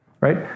right